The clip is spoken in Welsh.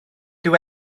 dyw